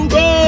go